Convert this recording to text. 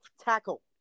tackle